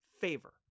favor